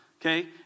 Okay